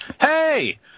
Hey